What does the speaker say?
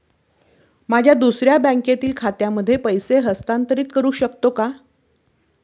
माझ्या दुसऱ्या बँकेतील खात्यामध्ये पैसे हस्तांतरित करू शकतो का?